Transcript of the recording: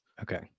Okay